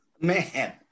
Man